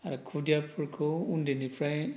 आरो खुदियाफोरखौ उन्दैनिफ्राय